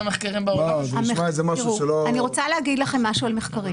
אני רוצה להגיד לכם משהו על מחקרים.